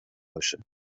باشه